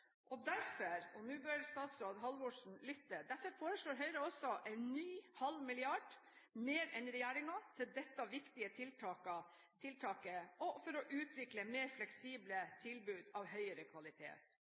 videreutdanningssystem. Derfor – og nå bør statsråd Halvorsen lytte – foreslår Høyre en ny halv milliard kroner mer enn regjeringen til dette viktige tiltaket og for å utvikle mer